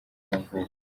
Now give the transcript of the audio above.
y’amavuko